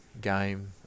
game